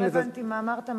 לא הבנתי מה אמרת,